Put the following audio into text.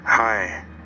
Hi